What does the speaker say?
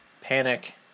Panic